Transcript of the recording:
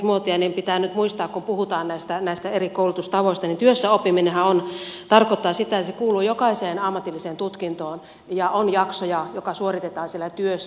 pitää nyt muistaa kun puhutaan näistä eri koulutustavoista että työssäoppiminenhan tarkoittaa sitä että se kuuluu jokaiseen ammatilliseen tutkintoon ja on jaksoja jotka suoritetaan siellä työssä